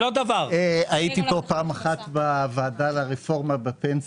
הייתי פה פעם אחת בוועדה על הרפורמה בפנסיה,